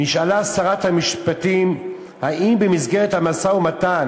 נשאלה שרת המשפטים אם במסגרת המשא-ומתן